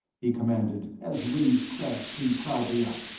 he commanded, as ringg's crest came proudly up.